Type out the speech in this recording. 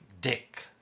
Dick